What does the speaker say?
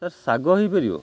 sir ଶାଗ ହେଇପାରିବ